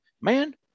man